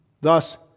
Thus